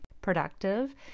productive